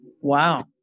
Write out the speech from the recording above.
Wow